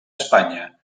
espanya